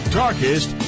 darkest